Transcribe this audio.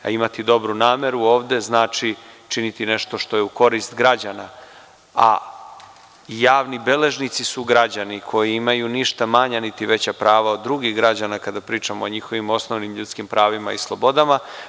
Imati dobru nameru ovde znači činiti nešto što je u korist građana, a javni beležnici su građani koji imaju ništa manja niti veća prava od drugih građana, kada pričamo o njihovim osnovnim ljudskim pravima i slobodama.